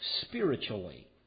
spiritually